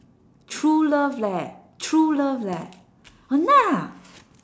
true love leh true love leh !hanna!